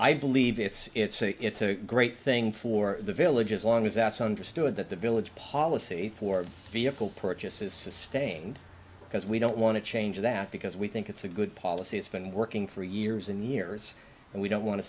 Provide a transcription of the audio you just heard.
i believe it's a it's a great thing for the village as long as that's understood that the village policy for vehicle purchase is sustained because we don't want to change that because we think it's a good policy it's been working for years and years and we don't want to